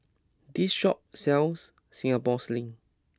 this shop sells Singapore Sling